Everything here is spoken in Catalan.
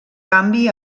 canvi